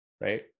right